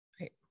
Right